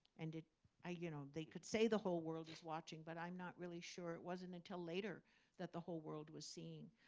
and ah you know, they could say the whole world is watching, but i'm not really sure. it wasn't until later that the whole world was seeing.